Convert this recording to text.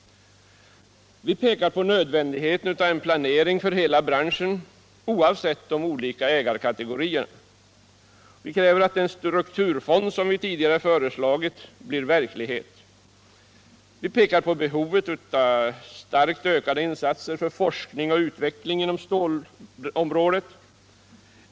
Vi pekar på nödvändigheten av en planering för hela branschen, oavsett de olika ägarkategorierna. Vi kräver att den strukturfond som vi tidigare föreslagit blir verklighet. Vi pekar på behovet av starkt ökade insatser för forskning och utveckling inom stålområdet.